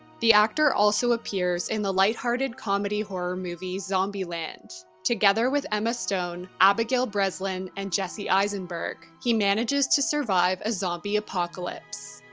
the actor also appears in the lighthearted comedy horror movie zombieland. together with emma stone, abigail breslin, and jesse einsenberg, he manages to survive a zombie apocalypse.